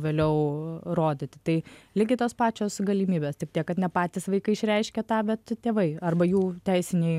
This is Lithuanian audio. vėliau rodyti tai lygiai tos pačios galimybės tik tiek kad ne patys vaikai išreiškia tą bet tėvai arba jų teisiniai